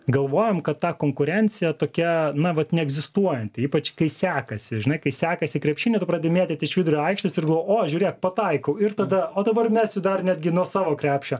galvojam kad ta konkurencija tokia na vat neegzistuojant ypač kai sekasi žinai kai sekasi krepšiny tu pradi mėtyt iš vidurio aikštės ir o žiūrėk pataikau ir tada o dabar mesiu dar netgi nuo savo krepšio